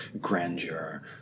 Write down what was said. grandeur